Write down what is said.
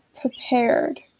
prepared